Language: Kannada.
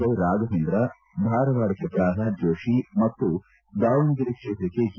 ವೈ ರಾಘವೇಂದ್ರ ಧಾರವಾಡಕ್ಕೆ ಪ್ರಹ್ಲಾದ್ ಜೋಷಿ ಮತ್ತು ದಾವಣಗೆರೆ ಕ್ಷೇತ್ರಕ್ಕೆ ಜಿ